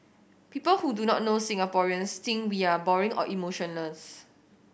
people who do not know Singaporeans think we are boring or emotionless